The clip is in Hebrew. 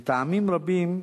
מטעמים רבים,